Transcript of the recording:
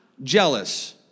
Jealous